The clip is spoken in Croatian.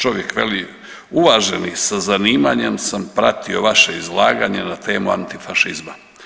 Čovjek veli: „Uvaženi sa zanimanjem sam pratio vaše izlaganje na temu antifašizma.